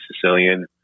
Sicilian